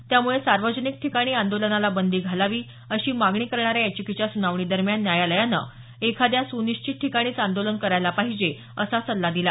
त्यामुळे सार्वजनिक ठिकाणी आंदोलनाला बंदी घालावी अशी मागणी करणाऱ्या याचिकेच्या सुनावणी दरम्यान न्यायालयानं एखाद्या सुनिश्चित ठिकाणीच आंदोलन करायला पाहिजे असा सल्ला दिला